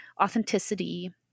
authenticity